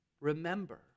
Remember